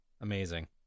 Amazing